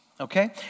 okay